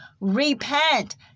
Repent